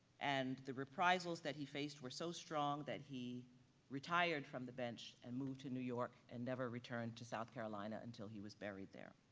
and the reprisals that he faced were so strong that he retired from the bench and moved to new york and never returned to south carolina until he was buried there.